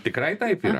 tikrai taip yra